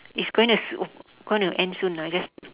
it's gonna s~ gonna end soon lah just